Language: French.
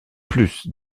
plus